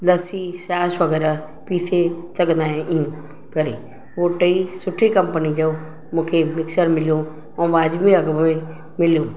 लसी छाश वग़ैरह पिसे सघंदा आहियूं इएं करे उहो टई सुठी कंपनी जो मूंखे मिक्सर मिलियो ऐं वाजिबी अघु में मिलियो